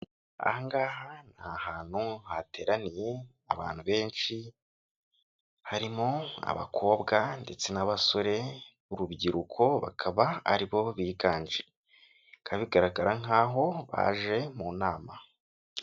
Ahangaha nta hantu hateraniye abantu benshi harimo abakobwa ndetse n'abasore, urubyiruko bakaba aribo biganje bikaba bigaragara nk'aho baje mu nama.